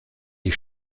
die